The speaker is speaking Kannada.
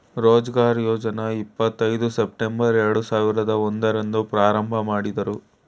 ರೋಜ್ಗಾರ್ ಯೋಜ್ನ ಇಪ್ಪತ್ ಐದು ಸೆಪ್ಟಂಬರ್ ಎರಡು ಸಾವಿರದ ಒಂದು ರಂದು ಪ್ರಾರಂಭಮಾಡುದ್ರು